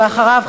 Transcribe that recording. ואחריו,